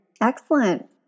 Excellent